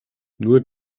nur